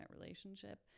relationship